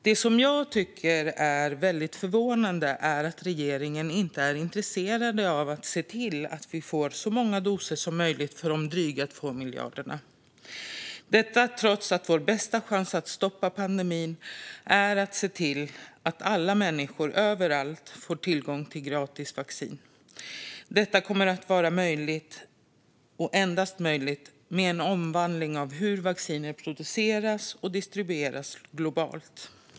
Det jag tycker är väldigt förvånande är att regeringen inte är intresserad av att se till att vi får så många doser som möjligt för de dryga 2 miljarderna - detta trots att vår bästa chans att stoppa pandemin är att se till att alla människor överallt får tillgång till gratis vaccin. Detta kommer endast att vara möjligt med en omvandling av hur vacciner produceras och distribueras globalt.